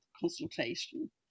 consultation